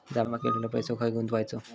जमा केलेलो पैसो खय गुंतवायचो?